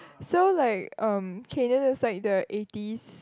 so like um can just like the eighties